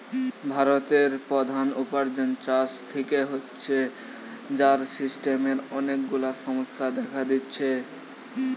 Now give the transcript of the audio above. ভারতের প্রধান উপার্জন চাষ থিকে হচ্ছে, যার সিস্টেমের অনেক গুলা সমস্যা দেখা দিচ্ছে